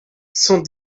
cent